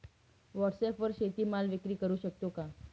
व्हॉटसॲपवर शेती माल विक्री करु शकतो का?